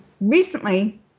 Recently